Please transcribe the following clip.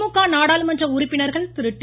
திமுக நாடாளுமன்ற உறுப்பினர்கள் டி